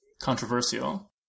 controversial